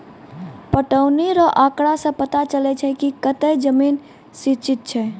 पटौनी रो आँकड़ा से पता चलै छै कि कतै जमीन सिंचित छै